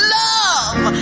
love